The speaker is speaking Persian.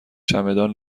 چمدان